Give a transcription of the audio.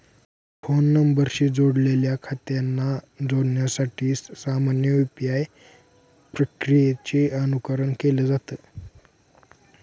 phone नंबरशी जोडलेल्या खात्यांना जोडण्यासाठी सामान्य यू.पी.आय प्रक्रियेचे अनुकरण केलं जात